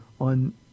on